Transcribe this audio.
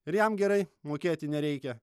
ir jam gerai mokėti nereikia